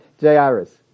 Jairus